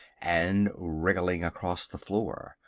and wriggling across the floor.